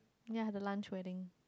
ya I have a lunch wedding